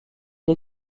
les